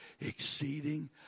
exceeding